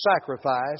sacrifice